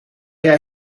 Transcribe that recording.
jij